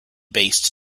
based